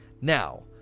now